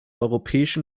europäischen